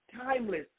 timeless